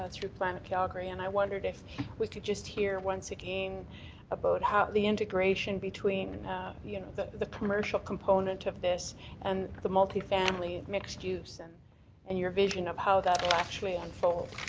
ah through climate calgary, and i wonder if we could just hear once again about the integration between you know the the commercial component of this and the multifamily mixed use and and your vision of how that will actually unfold.